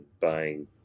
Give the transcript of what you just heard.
buying